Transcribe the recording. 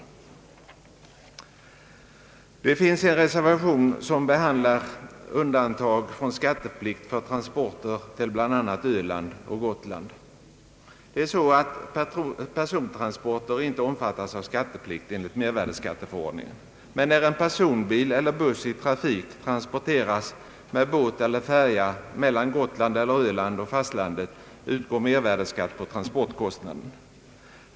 Det finns en reservation som behandlar undantag från skatteplikt för transporter till bland annat Öland och Gotland. Persontransporter omfattas inte av skatteplikt enligt mervärdeskatteförordningen, men när en personbil eller buss i trafik transporteras med båt eller färja mellan Gotland eller Öland och fastlandet utgår mervärdeskatt på transportkostnaden.